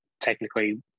technically